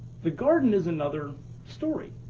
the garden is another story.